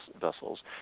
vessels